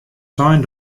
sein